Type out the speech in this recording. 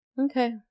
Okay